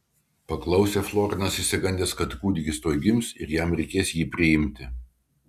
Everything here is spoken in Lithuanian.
paklausė florinas išsigandęs kad kūdikis tuoj gims ir jam reikės jį priimti